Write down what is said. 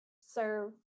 serve